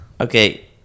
Okay